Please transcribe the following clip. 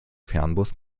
fernbus